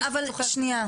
שנייה.